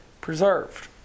preserved